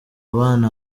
bana